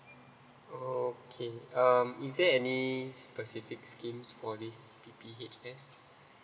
okay um is there any specific schemes for this P_P_H_S